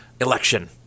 election